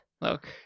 Look